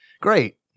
Great